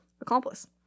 Accomplice